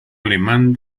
alemán